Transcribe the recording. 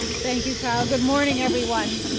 thank you kyle, good morning everyone.